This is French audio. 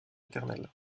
éternel